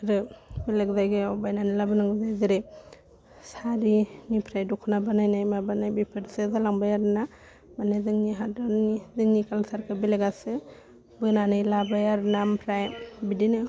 आरो बेलेक जायगायाव बायनानै लाबोनांगौ जायो जेरै सारिनिफ्राय दख'ना बानायनाय माबानाय बेफोरसो जालांबाय आरोना माने जोंनि हादरनि जोंनि कालसारखौ बेलेकआसो बोनानै लाबाय आरोना आमफ्राय बिदिनो